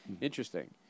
Interesting